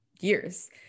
years